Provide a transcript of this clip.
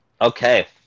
Okay